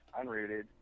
unrooted